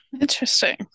Interesting